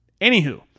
Anywho